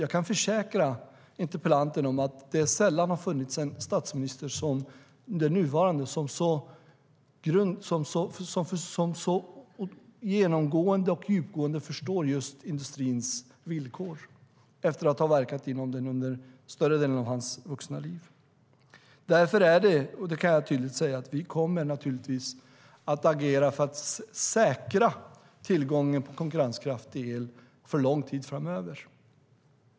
Jag kan försäkra interpellanten att det sällan har funnits en statsminister som den nuvarande, som så genomgående och djupt förstår just industrins villkor, detta efter att större delen av sitt vuxna liv ha verkat inom industrin. Därför kommer vi naturligtvis - här vill jag vara tydlig - att agera för att säkra tillgången på konkurrenskraftig el för lång tid framöver.